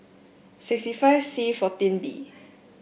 sixty five C fourteen B